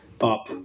up